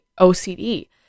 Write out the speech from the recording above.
OCD